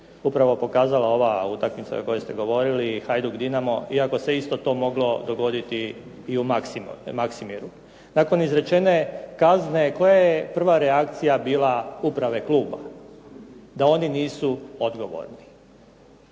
upravo pokazala ova utakmica o kojoj ste govorili, Hajduk-Dinamo iako se isto tako moglo dogoditi i u Maksimiru. Nakon izrečene kazne koja je prva reakcija bila uprave kluba? Da oni nisu odgovorni.